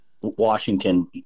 Washington